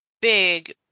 big